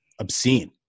obscene